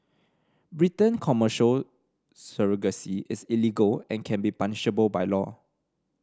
Britain Commercial surrogacy is illegal and can be punishable by law